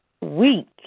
week